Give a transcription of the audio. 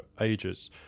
ages